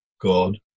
God